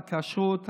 הכשרות,